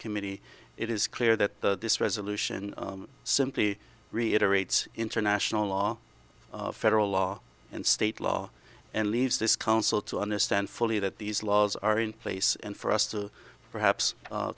committee it is clear that this resolution simply reiterate international law federal law and state law and leaves this council to understand fully that these laws are in place and for us to perhaps